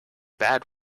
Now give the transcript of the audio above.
bad